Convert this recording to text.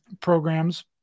programs